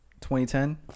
2010